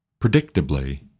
predictably